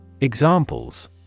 Examples